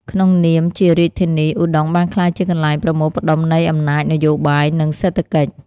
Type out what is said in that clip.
ក្នុងនាមជារាជធានី ឧដុង្គបានក្លាយជាកន្លែងប្រមូលផ្តុំនៃអំណាចនយោបាយ និងសេដ្ឋកិច្ច។